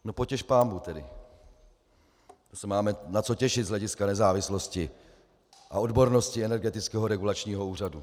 No tedy potěš pánbůh, to se máme na co těšit z hlediska nezávislosti a odbornosti Energetického regulačního úřadu.